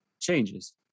changes